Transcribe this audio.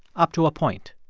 up to a point.